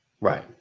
Right